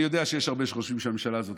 אני יודע שיש הרבה שחושבים שהממשלה הזאת